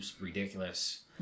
ridiculous